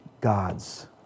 gods